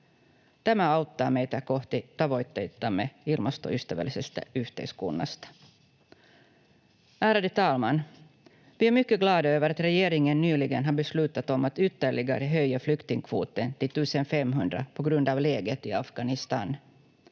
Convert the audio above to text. Tämä auttaa meitä kohti tavoitteitamme ilmastoystävällisestä yhteiskunnasta. Ärade talman! Vi är mycket glada över att regeringen nyligen har beslutat om att ytterligare höja flyktingkvoten till 1 500 på grund av läget i Afghanistan.